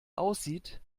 aussieht